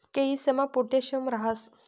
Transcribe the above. केयीसमा पोटॅशियम राहस